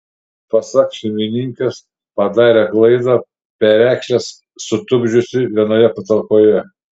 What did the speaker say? pasak šeimininkės padarė klaidą perekšles sutupdžiusi vienoje patalpoje